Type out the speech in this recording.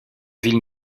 ville